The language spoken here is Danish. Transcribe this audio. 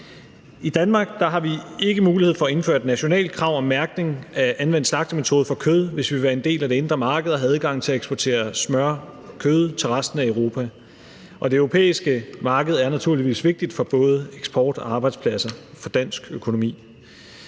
I Danmark har vi ikke mulighed for at indføre et nationalt krav om mærkning af anvendt slagtemetode for kød, hvis vi vil være en del af det indre marked og have adgang til at eksportere smør og kød til resten af Europa. Og det europæiske marked er naturligvis vigtigt for både eksport og arbejdspladser for dansk økonomi.